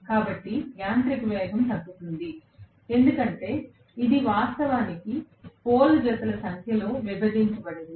కాబట్టి యాంత్రిక వేగం తగ్గుతుంది ఎందుకంటే ఇది వాస్తవానికి పోల్ జతల సంఖ్యతో విభజించబడింది